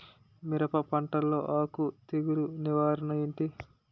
మిరప పంటలో ఆకు తెగులు నివారణ ఏంటి?